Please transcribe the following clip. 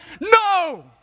No